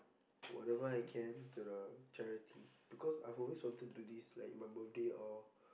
whatever I can to the charity because I've always wanted to do this like in my birthday or